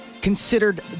considered